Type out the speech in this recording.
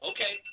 Okay